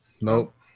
Nope